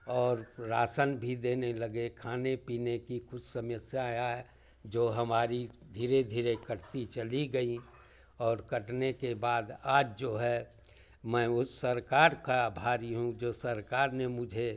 और राशन भी देने लगे खाने पीने की कुछ समस्या या जो हमारी धीरे धीरे कटती चली गईं और कटने के बाद आज जो है मैं उस सरकार का आभारी हूँ जो सरकार ने मुझे